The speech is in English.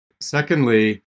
Secondly